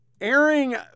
airing